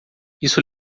isso